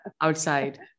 outside